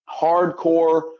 hardcore